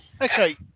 Okay